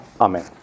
Amen